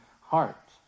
heart